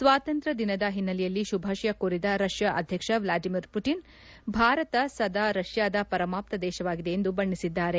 ಸ್ವಾತಂತ್ರ್ಯ ದಿನದ ಹಿನ್ನೆಲೆಯಲ್ಲಿ ಶುಭಾಶಯ ಕೋರಿದ ರಷ್ತಾ ಅಧ್ಯಕ್ಷ ವ್ಲಾದಿಮಿರ್ ಪುಟನ್ ಭಾರತ ಸದಾ ರಷ್ನಾದ ಪರಮಾಪ್ತ ದೇಶವಾಗಿದೆ ಎಂದು ಬಣ್ಣೆಸಿದ್ಗಾರೆ